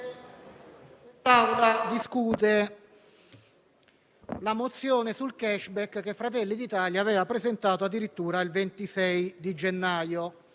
la mozione sul *cashback* che il Gruppo Fratelli d'Italia aveva presentato addirittura il 26 gennaio,